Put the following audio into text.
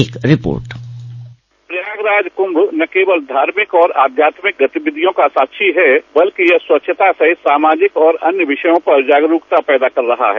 एक रिपोर्ट प्रयागराज कुंभ न केवल धार्मिक और आध्यात्मिक गतिविधियों का साक्षी है बल्कि स्वच्छता सहित सामाजिक और अन्य विषयों पर जागरूकता पैदा कर रहा है